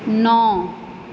ਨੌਂ